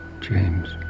James